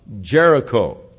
Jericho